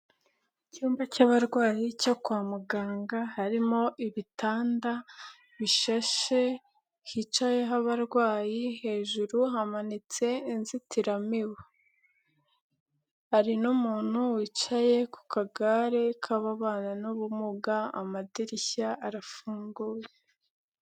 Icyumba cy'abarwayi cyo kwa muganga harimo ibitanda bishashe, hicayeho abarwayi, hejuru hamanitse inzitiramibu, umuntu wicaye kagare k'abana n'ubumuga, amadirishya arafunguye.